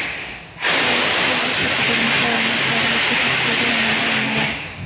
Cold storage పెట్టుకోడానికి government ద్వారా వచ్చే సబ్సిడీ ఏమైనా ఉన్నాయా?